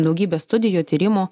daugybės studijų tyrimų